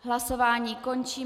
Hlasování končím.